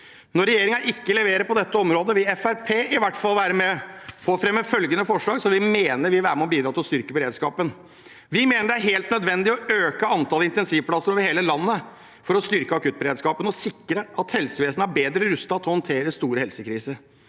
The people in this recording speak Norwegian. Når regjeringen ikke leverer på dette området, vil Fremskrittspartiet i hvert fall være med på å fremme følgende forslag vi mener vil være med og bidra til å styrke beredskapen: Vi mener det er helt nødvendig å øke antall intensivplasser over hele landet for å styrke akuttberedskapen og sikre at helsevesenet er bedre rustet til å håndtere store helsekriser.